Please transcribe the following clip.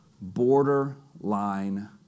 Borderline